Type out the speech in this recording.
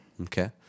Okay